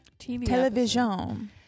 television